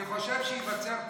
אני חושב שייווצר קונסנזוס,